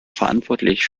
verantwortlich